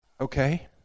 Okay